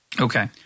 Okay